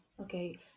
Okay